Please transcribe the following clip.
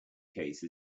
case